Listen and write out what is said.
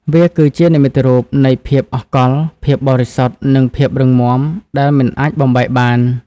វាគឺជានិមិត្តរូបនៃភាពអស់កល្ប ភាពបរិសុទ្ធ និងភាពរឹងមាំដែលមិនអាចបំបែកបាន។